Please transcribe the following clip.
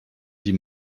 die